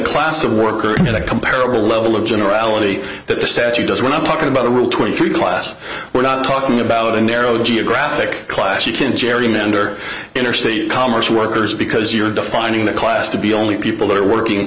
class of worker in a comparable level of generality that the said she does when i'm talking about a rule twenty three class we're not talking about a narrow geographic class you can gerrymandered interstate commerce workers because you're defining the class to be only people that are working